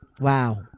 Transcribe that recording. Wow